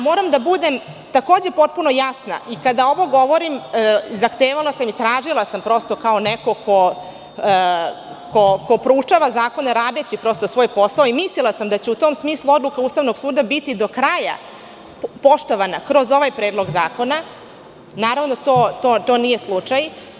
Moram da budem, takođe, potpuno jasna i kada ovo govorim zahtevala sam i tražila sam, prosto kao neko ko proučava zakone radeći svoj posao i mislila sam da će u tom smislu odluka Ustavnog suda biti do kraja poštovana kroz ovaj Predlog zakona, naravno to nije slučaj.